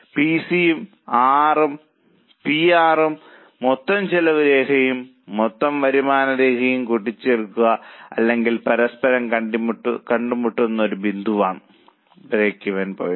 പിസിയും പി ആറും മൊത്തം ചെലവ് രേഖയും മൊത്ത വരുമാന രേഖയും കൂടിച്ചേരുന്ന അല്ലെങ്കിൽ പരസ്പരം കണ്ടുമുട്ടുന്ന ഒരു ബിന്ദുവാണ് ബ്രേക്ക്വെൻ പോയിന്റ്